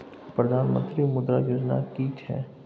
प्रधानमंत्री मुद्रा योजना कि छिए?